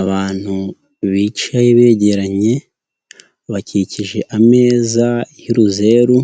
Abantu bicaye begeranye, bakikije ameza y'uruzeru,